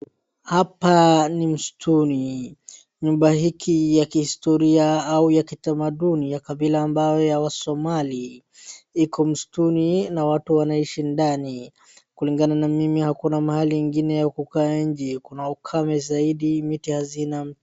Hapa ni msituni. Nyumba hiki ya kihistoria au ya kitamaduni ya kabila ambaye ya Wasomali iko msituni na watu wanaishi ndani. Kulingana na mimi hakuna mahali ingine ya kukaa nje. Kuna ukame zaidi, miti hazina.